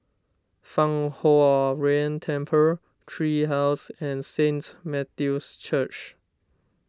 Fang Huo Yuan Temple Tree House and Saint Matthew's Church